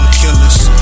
killers